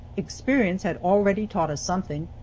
experience had already taught us something,